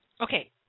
Okay